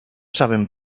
sabem